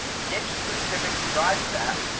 niche specific drive stack,